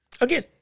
Again